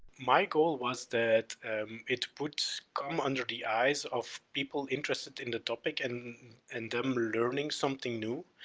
my goal was that it would come under the eyes of people interested in the topic and and them learning something new.